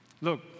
Look